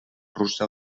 russa